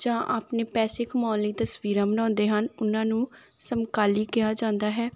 ਜਾਂ ਆਪਣੇ ਪੈਸੇ ਕਮਾਉਣ ਲਈ ਤਸਵੀਰਾਂ ਬਣਾਉਂਦੇ ਹਨ ਉਨ੍ਹਾਂ ਨੂੰ ਸਮਕਾਲੀ ਕਿਹਾ ਜਾਂਦਾ ਹੈ